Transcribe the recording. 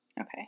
Okay